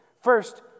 First